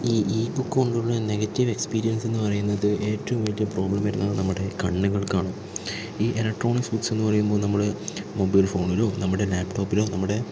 ഈ ഈ ബുക്ക് കൊണ്ടുള്ള നെഗറ്റീവ് എക്സ്പീരിയൻസ് എന്ന് പറയുന്നത് ഏറ്റവും വല്ല്യ പ്രോബ്ലം വരുന്നത് നമ്മുടെ കണ്ണുകൾക്കാണ് ഈ ഇലക്ട്രോണിക്സ് ബുക്ക്സ് എന്ന് പറയുമ്പോൾ നമ്മൾ മൊബൈൽ ഫോണിലോ നമ്മളെ ലാപ്ടോപ്പിലോ നമ്മുടെ